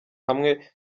hamwe